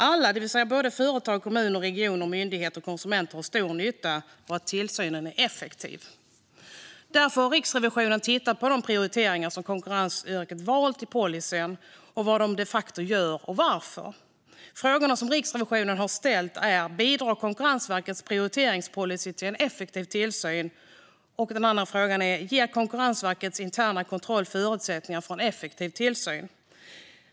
Alla, det vill säga både företag, kommuner, regioner, myndigheter och konsumenter, har stor nytta av att tillsynen är effektiv. Därför har Riksrevisionen tittat på de prioriteringar som Konkurrensverket valt i policyn och vad som de facto görs och varför. Frågorna som Riksrevisionen har ställt är: Bidrar Konkurrensverkets prioriteringspolicy till en effektiv tillsyn? Ger Konkurrensverkets interna kontroll förutsättningar för en effektiv tillsyn?